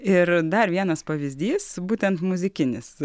ir dar vienas pavyzdys būtent muzikinis